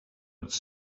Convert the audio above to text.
its